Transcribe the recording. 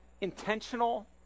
intentional